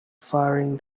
firing